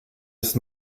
ist